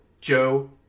Joe